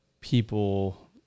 people